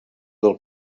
del